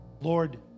Lord